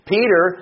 Peter